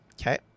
Okay